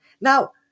Now